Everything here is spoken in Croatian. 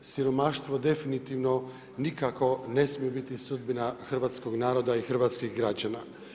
Siromaštvo definitivno nikako ne smije biti sudbina hrvatskog naroda i hrvatskih građana.